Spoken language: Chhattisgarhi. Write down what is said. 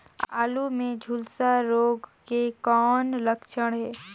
आलू मे झुलसा रोग के कौन लक्षण हे?